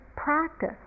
practice